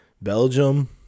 Belgium